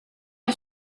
les